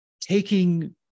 taking